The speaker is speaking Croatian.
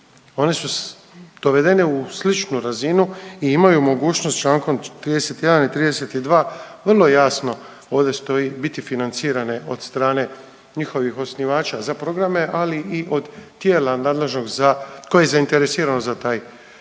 one su dovedene u sličnu razinu i imaju mogućnost čl. 31. i 32. vrlo jasno ovdje stoji biti financirane od strane njihovih osnivača za programe, ali i od tijela nadležnog za, koje je zainteresirano za taj, za